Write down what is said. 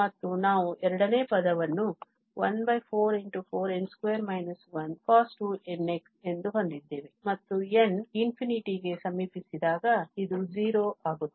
ಮತ್ತು ನಾವು ಎರಡನೇ ಪದವನ್ನು 14cos2nx ಎಂದು ಹೊಂದಿದ್ದೇವೆ ಮತ್ತು n ∞ ಗೆ ಸಮೀಪಿಸಿದಾಗ ಇದು 0 ಆಗುತ್ತದೆ